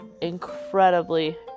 incredibly